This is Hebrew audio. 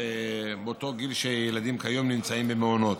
מאותו גיל שילדים כיום נמצאים במעונות,